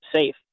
safe